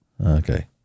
okay